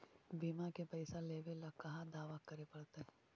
बिमा के पैसा लेबे ल कहा दावा करे पड़तै?